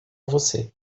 você